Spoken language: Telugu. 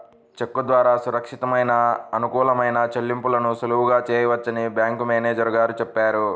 చెక్కు ద్వారా సురక్షితమైన, అనుకూలమైన చెల్లింపులను సులువుగా చేయవచ్చని బ్యాంకు మేనేజరు గారు చెప్పారు